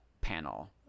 panel